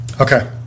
Okay